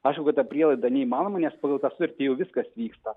aišku kad ta prielaida neįmanoma nes pagal tą sutartį jau viskas vyksta